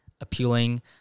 appealing